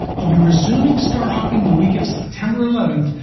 i'll be resuming star hopping the week of september eleventh,